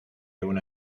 una